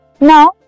Now